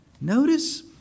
Notice